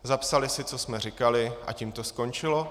Zapsali si, co jsme říkali, a tím to skončilo.